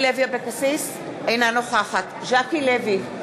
אינה נוכחת ז'קי לוי,